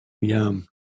Yum